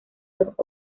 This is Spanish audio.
dos